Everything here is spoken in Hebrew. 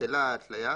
בטלה ההתליה,